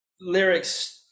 lyrics